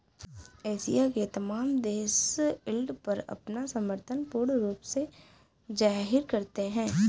Asia के तमाम देश यील्ड पर अपना समर्थन पूर्ण रूप से जाहिर करते हैं